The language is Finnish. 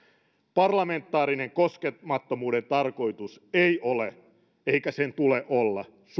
parlamentaarisen koskemattomuuden tarkoitus ei ole eikä sen tule olla